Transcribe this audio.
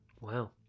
Wow